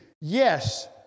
Yes